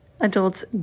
adults